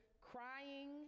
crying